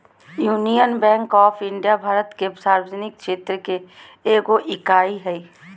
union Bank of India Bharat के सार्वजनिक क्षेत्र के एगो इकाई हइ